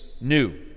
new